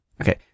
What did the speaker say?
Okay